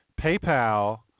PayPal –